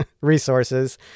resources